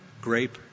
grape